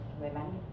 women